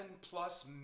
plus